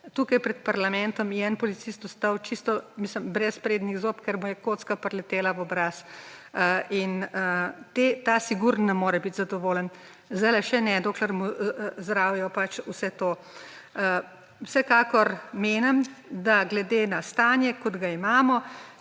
Tukaj pred parlamentom je en policist ostal brez sprednjih zob, ker mu je kocka priletela v obraz. In ta sigurno ne more biti zadovoljen. Zdaj še ne, dokler mu zdravijo vse to. Vsekakor menim, da glede na stanje, kot ga imamo,